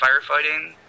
firefighting